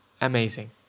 amazing